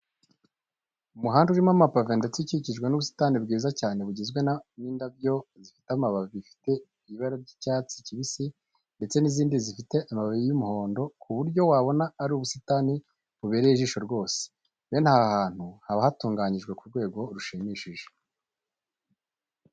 Umuhanda urimo amapave ndetse ukikijwe n'ubusitani bwiza cyane bugizwe n'indabyo zifite amababi afite ibara ry'icyatsi kibisi, ndetse n'izindi zifite amababi y'umuhondo ku buryo wabona ko ari ubusitani bubereye ijisho rwose. Bene aha hantu haba hatunganyije ku rwego rushimishije.